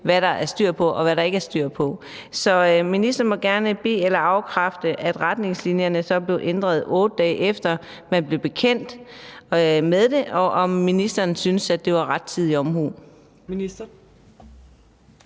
hvad der er styr på og hvad der ikke er styr på. Så ministeren må gerne bekræfte eller afkræfte, at retningslinjerne er blevet ændret, 8 dage efter man blev bekendt med det, og synes ministeren i bekræftende fald, at det var rettidig omhu? Kl.